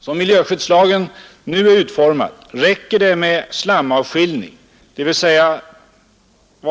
Som miljöskyddslagen nu är utformad räcker det med slamavskiljning, dvs. det